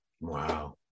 Wow